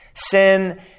Sin